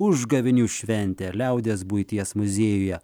užgavėnių šventę liaudies buities muziejuje